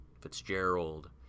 Fitzgerald